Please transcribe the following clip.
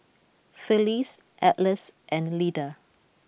Phyllis Atlas and Lida